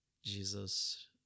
Jesus